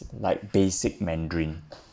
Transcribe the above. like basic mandarin